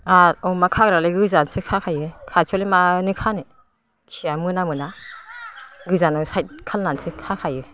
आरो अमा खाग्रायालाय गोजानसो खाखायो खाथियावलाय मानो खानो खिया मोनामो ना गोजानाव साइड खालायनानैसो खाखायो